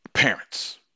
Parents